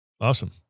Awesome